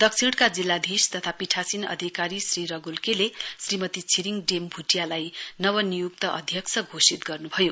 दक्षिणका जिल्लाधीश तथा पीठासीन अधिकारी श्री रगुल के ले श्रीमती छिरिङ डेम भुटियालाई नव नियुक्त अध्यक्ष घोषित गर्नुभयो